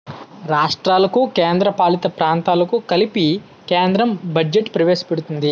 రాష్ట్రాలకు కేంద్రపాలిత ప్రాంతాలకు కలిపి కేంద్రం బడ్జెట్ ప్రవేశపెడుతుంది